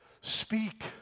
speak